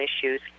issues